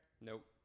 Nope